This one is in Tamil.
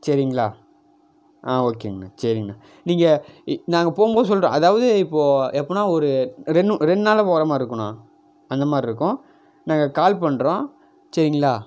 சரிங்களா ஆ ஓகேங்கண்ணா சரிங்கண்ணா நீங்கள் நாங்கள் போகும்போது சொல்கிறோம் அதாவது இப்போது எப்புடினா ஒரு ரெண்டு ரெண்டு நாளில் போகிற மாதிரி இருக்கும்ண்ணா அந்த மாதிரி இருக்கும் நாங்கள் கால் பண்ணுறோம் சரிங்களா